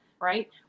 right